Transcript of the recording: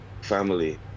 family